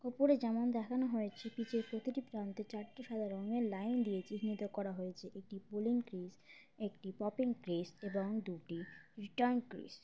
ওপরে যেমন দেখানো হয়েছে নিচে প্রতিটি প্রান্তে চারটি সাধা রঙের লাইন দিয়ে চিহ্নিত করা হয়েছে একটি পলিং ক্রিস একটি পপিং ক্রিস এবং দুটি রিটার্ন ক্রিস